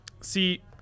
See